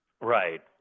Right